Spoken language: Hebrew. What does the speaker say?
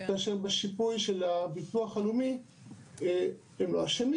ובשיפוי של הביטוח הלאומי --- זה דבר